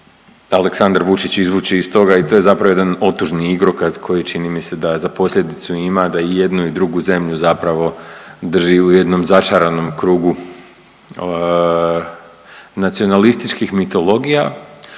Aleksandar Vučić izvući iz toga i to je zapravo jedan otužni igrokaz koji čini mi se da za posljedicu ima da i jednu i drugu zemlju zapravo drži u jednom začaranom krugu nacionalističkih mitologija